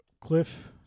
Cliff